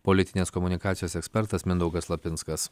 politinės komunikacijos ekspertas mindaugas lapinskas